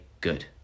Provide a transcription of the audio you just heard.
good